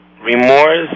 remorse